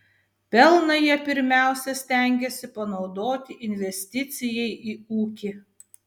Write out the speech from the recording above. pelną jie pirmiausia stengiasi panaudoti investicijai į ūkį